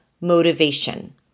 motivation